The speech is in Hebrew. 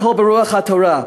הכול ברוח התורה,